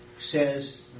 says